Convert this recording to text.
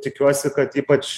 tikiuosi kad ypač